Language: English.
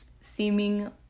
seeming